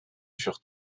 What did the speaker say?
furent